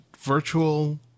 virtual